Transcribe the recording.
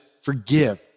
forgive